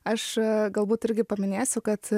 aš galbūt irgi paminėsiu kad